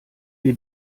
wir